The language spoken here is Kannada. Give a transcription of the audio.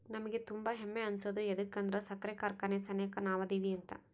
ನಮಿಗೆ ತುಂಬಾ ಹೆಮ್ಮೆ ಅನ್ಸೋದು ಯದುಕಂದ್ರ ಸಕ್ರೆ ಕಾರ್ಖಾನೆ ಸೆನೆಕ ನಾವದಿವಿ ಅಂತ